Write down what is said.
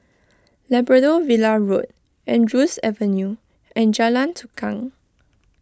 Labrador Villa Road Andrews Avenue and Jalan Tukang